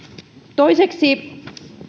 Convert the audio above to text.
toiseksi